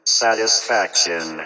satisfaction